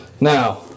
now